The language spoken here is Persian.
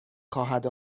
خواهد